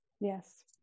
Yes